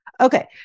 Okay